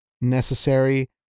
necessary